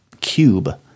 Cube